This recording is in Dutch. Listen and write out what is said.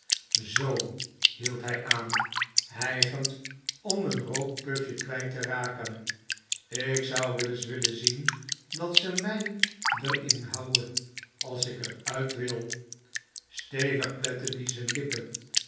zoo hield hij aan hijgend om n rookpufje kwijt te raken ik zou wel is wille zien dat ze mijn d'r in houe as k r uit wil stevig plette ie z'n lippen